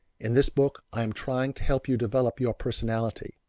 in this book i am trying to help you develop your personality,